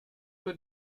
toi